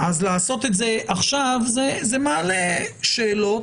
אז לעשות את זה עכשיו, זה מעלה שאלות.